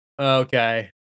Okay